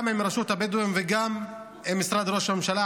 גם עם רשות הבדואים וגם עם משרד ראש הממשלה,